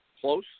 close